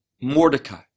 Mordecai